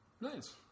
Nice